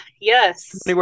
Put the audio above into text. Yes